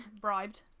bribed